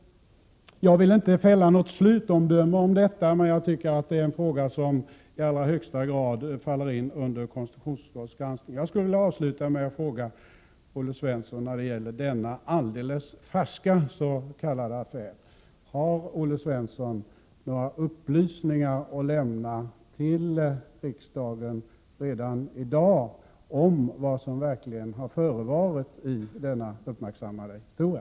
Jag vill inte fälla något slutomdöme om dessa förhållanden, men jag tycker att det är en fråga som i allra högsta grad faller inom konstitutionsutskottets granskningsområde. Jag skulle vilja avsluta med att fråga Olle Svensson om denna alldeles färska s.k. affär: Har Olle Svensson några upplysningar att lämna till riksdagen redan i dag om vad som verkligen har förevarit i denna uppmärksammade historia?